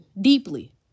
deeply